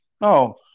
no